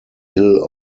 hill